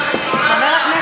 חבר הכנסת חיים ילין.